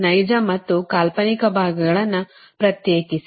ನೈಜ ಮತ್ತು ಕಾಲ್ಪನಿಕ ಭಾಗಗಳನ್ನು ಪ್ರತ್ಯೇಕಿಸಿ